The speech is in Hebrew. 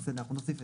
נוסיף.